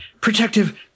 protective